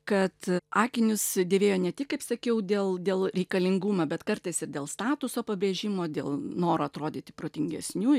kad akinius dėvėjo ne tik kaip sakiau dėl dėl reikalingumo bet kartais ir dėl statuso pabrėžimo dėl noro atrodyti protingesnių